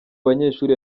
banyeshuri